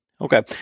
Okay